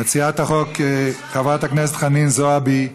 מציעת החוק, חברת הכנסת חנין זועבי,